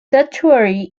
estuary